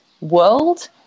world